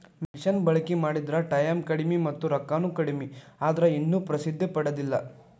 ಮಿಷನ ಬಳಕಿ ಮಾಡಿದ್ರ ಟಾಯಮ್ ಕಡಮಿ ಮತ್ತ ರೊಕ್ಕಾನು ಕಡಮಿ ಆದ್ರ ಇನ್ನು ಪ್ರಸಿದ್ದಿ ಪಡದಿಲ್ಲಾ